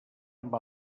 amb